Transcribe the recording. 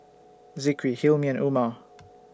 Zikri Hilmi and Umar